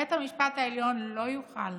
בית המשפט העליון לא יוכל